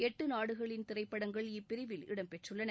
எட்டு நாடுகளின் திரைப்படங்கள் இப்பிரிவில் இடம்பெற்றுள்ளன